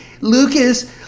Lucas